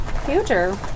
future